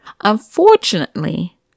Unfortunately